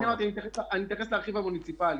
אני אתייחס לרכיב המוניציפלי,